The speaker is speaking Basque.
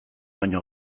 baino